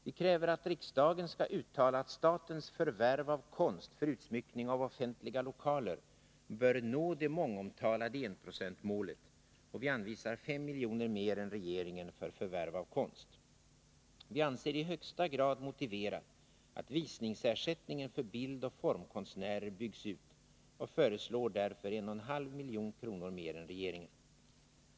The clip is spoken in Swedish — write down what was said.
Vi kräver att riksdagen skall uttala att statens förvärv av konst för utsmyckning av offentliga lokaler bör nå det mångomtalade enprocentsmålet, och vi anvisar 5 milj.kr. mer än regeringen för förvärv av konst. Vi anser det i högsta grad motiverat att visningsersättningen för bildoch formkonstnärer byggs ut och föreslår därför 1,5 milj.kr. mer än regeringen.